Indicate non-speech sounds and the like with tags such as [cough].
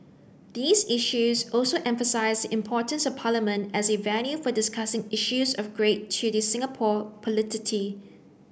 these issues also emphasise the importance of Parliament as a venue for discussing issues of great to the Singapore [unintelligible]